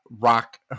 rock